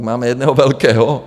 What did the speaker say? Máme jednoho velkého.